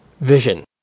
Vision